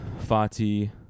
Fatih